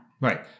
right